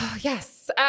Yes